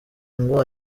ngo